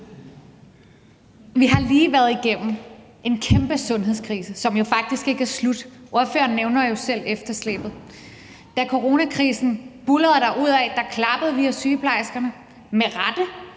Vi har lige været igennem en kæmpe sundhedskrise, som jo faktisk ikke er slut. Ordføreren nævner jo selv efterslæbet. Da coronakrisen buldrede derudad, klappede vi ad sygeplejerskerne – med rette.